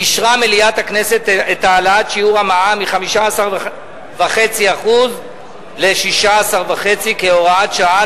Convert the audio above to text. אישרה מליאת הכנסת את העלאת שיעור המע"מ מ-15.5% ל-16.5% כהוראת שעה